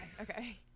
Okay